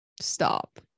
stop